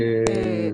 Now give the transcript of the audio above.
פרופ'